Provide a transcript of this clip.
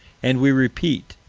and we repeat,